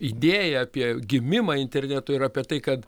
idėją apie gimimą interneto ir apie tai kad